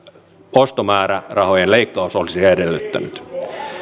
ostomäärärahojen leikkaus olisi edellyttänyt